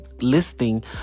listing